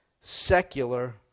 secular